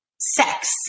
sex